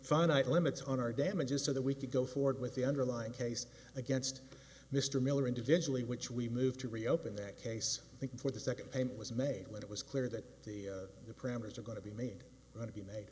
finite limits on our damages so that we could go forward with the underlying case against mr miller individually which we moved to reopen that case for the second payment was made when it was clear that the parameters are going to be made to be made